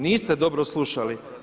Niste dobro slušali.